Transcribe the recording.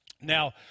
Now